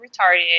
retarded